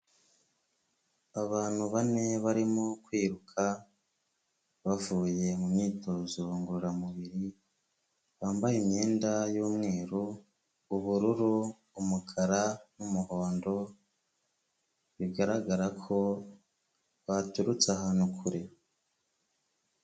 Abantu bane barimo kwiruka bavuye mu myitozo ngororamubiri, bambaye imyenda y'umweru, ubururu, umukara n'umuhondo, bigaragara ko baturutse ahantu kure.